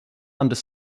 under